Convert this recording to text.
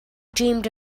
dreamed